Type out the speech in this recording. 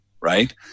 Right